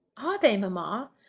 are they, mamma?